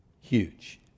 Huge